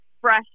fresh